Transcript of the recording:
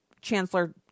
chancellor